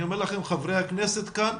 אני אומר לכם, חברי הכנסת כאן